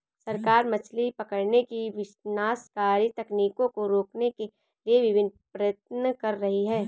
सरकार मछली पकड़ने की विनाशकारी तकनीकों को रोकने के लिए विभिन्न प्रयत्न कर रही है